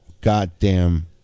goddamn